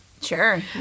Sure